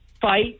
fight